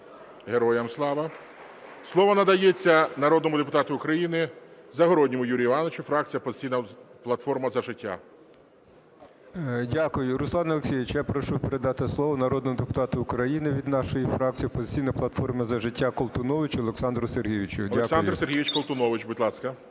Героям слава! Слово надається народному депутату України Загородньому Юрію Івановичу, фракція "Опозиційна платформа – За життя". 12:23:09 ЗАГОРОДНІЙ Ю.І. Дякую. Руслан Олексійович, я прошу передати слово народному депутату України від нашої фракції "Опозиційна платформа – За життя" Колтуновичу Олександру Сергійовичу. Дякую. ГОЛОВУЮЧИЙ. Олександр Сергійович Колтунович, будь ласка.